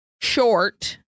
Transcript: short